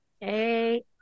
Hey